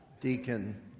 Deacon